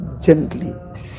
gently